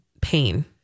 pain